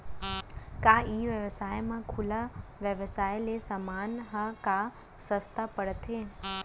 का ई व्यवसाय म खुला व्यवसाय ले समान ह का सस्ता पढ़थे?